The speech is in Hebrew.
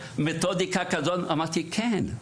אמרתי: "כן.